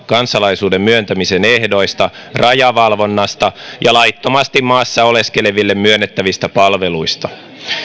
kansalaisuuden myöntämisen ehdoista rajavalvonnasta ja laittomasti maassa oleskeleville myönnettävistä palveluista